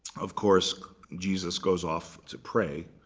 of course, jesus goes off to pray.